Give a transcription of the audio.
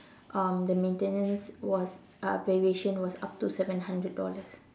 um the maintenance was uh variation was up to seven hundred dollars